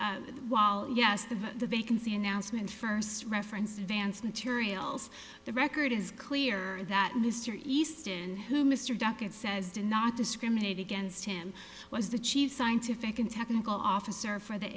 wall yes the vacancy announcement first reference advanced materials the record is clear that mr easton who mr duckett says did not discriminate against him was the chief scientific and technical officer for the